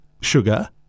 Sugar